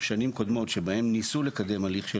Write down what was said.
בשנים קודמות שבהן ניסו לקדם הליך של